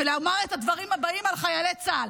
ולומר את הדברים הבאים על חיילי צה"ל.